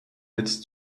its